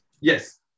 Yes